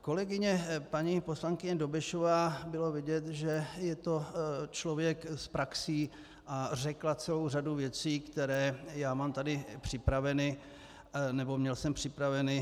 Kolegyně paní poslankyně Dobešová, bylo vidět, že je to člověk s praxí, a řekla celou řadu věcí, které já má tady připraveny nebo měl jsem připraveny.